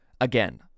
Again